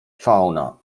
fauna